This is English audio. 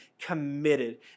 committed